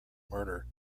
murder